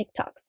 TikToks